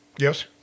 Yes